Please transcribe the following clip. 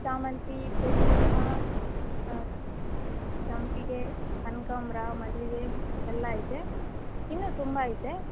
ಶ್ಯಾಮಂತಿ ಚೆಂಡು ಹೂವು ಸಂಪಿಗೆ ಕನಕಾಂಬ್ರ ಮಲ್ಲಿಗೆ ಎಲ್ಲ ಐತೆ ಇನ್ನೂ ತುಂಬ ಐತೆ